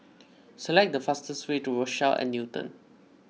select the fastest way to Rochelle at Newton